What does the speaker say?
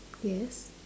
yes